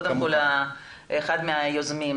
אחד מהיוזמים,